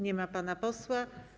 Nie ma pana posła.